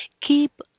keep